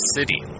City